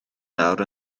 nawr